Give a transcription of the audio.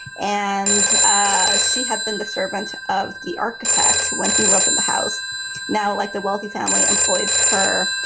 and ah she had been the servant of the architect when he lived in the house now like the wealthy family employees her.